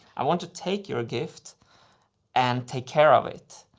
i want to take your gift and take care of it.